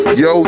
yo